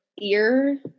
ear